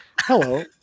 Hello